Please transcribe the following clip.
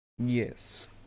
Yes